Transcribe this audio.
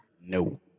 No